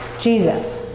Jesus